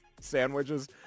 Sandwiches